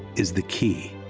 is the key.